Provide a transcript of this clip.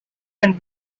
and